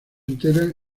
entera